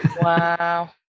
Wow